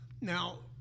Now